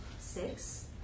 Six